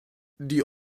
die